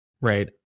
right